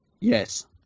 Yes